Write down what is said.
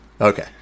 Okay